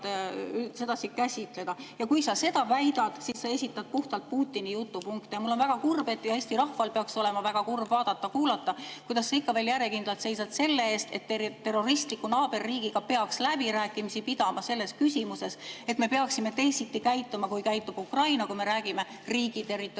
sedasi käsitleda. Ja kui sa seda väidad, siis sa esitad puhtalt Putini jutupunkte. Mul on väga kurb – ja ka Eesti rahval peaks olema väga kurb – vaadata-kuulata, kuidas sa ikka veel järjekindlalt seisad selle eest, et terroristliku naaberriigiga peaks läbirääkimisi pidama selles küsimuses ning et me peaksime teisiti käituma, kui käitub Ukraina, rääkides riigi territoriaalsest